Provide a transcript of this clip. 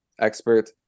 expert